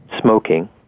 smoking